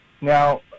Now